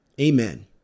Amen